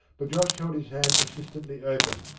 but josh held his hand persistently open,